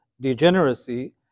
degeneracy